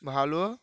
ভালো